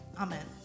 Amen